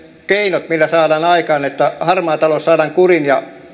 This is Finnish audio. keinot millä saadaan aikaan että harmaa talous saadaan kuriin ja